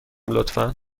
لطفا